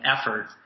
effort